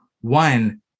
One